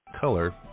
color